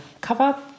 cover